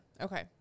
okay